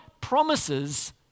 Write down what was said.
promises